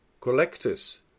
collectors